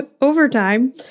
overtime